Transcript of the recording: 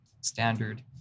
standard